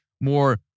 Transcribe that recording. more